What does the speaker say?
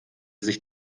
sich